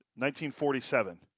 1947